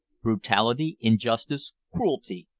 brutality, injustice, cruelty,